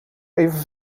even